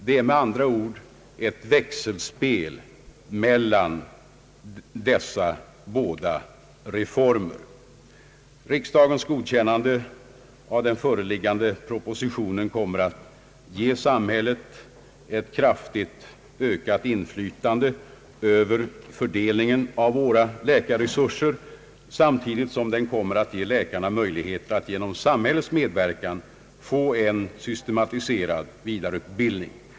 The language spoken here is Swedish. Det är med andra ord ett växelspel mellan dessa båda reformer. Riksdagens godkännande av den föreliggande propositionen kommer att ge samhället ett kraftigt ökat inflytande över fördelningen av våra läkarresurser, samtidigt som beslutet kommer att ge läkarna möjligheter att. genom samhällets medverkan få en systematiserad vidareutbildning.